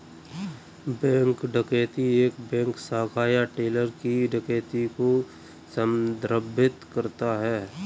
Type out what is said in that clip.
bank डकैती एक bank शाखा या टेलर की डकैती को संदर्भित करता है